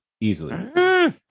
easily